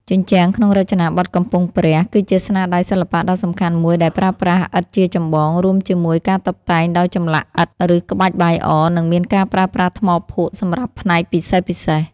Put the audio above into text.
ជញ្ជាំងក្នុងរចនាបថកំពង់ព្រះ គឺជាស្នាដៃសិល្បៈដ៏សំខាន់មួយដែលប្រើប្រាស់ឥដ្ឋជាចម្បង រួមជាមួយការតុបតែងដោយចម្លាក់ឥដ្ឋ ឬក្បាច់បាយអរ និងមានការប្រើប្រាស់ថ្មភក់សម្រាប់ផ្នែកពិសេសៗ។